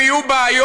אם יהיו בעיות,